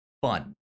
fun